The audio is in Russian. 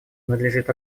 надлежит